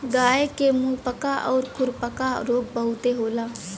गाय के मुंहपका आउर खुरपका रोग बहुते होला